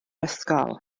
ysgol